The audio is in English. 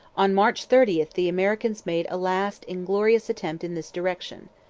on march thirty the americans made a last inglorious attempt in this direction.